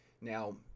Now